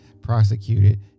prosecuted